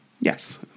Yes